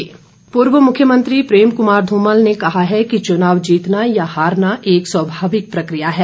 धुमल पूर्व मुख्यमंत्री प्रेम कुमार धूमल ने कहा कि चुनाव जीतना या हारना एक स्वामाविक प्रक्रिया है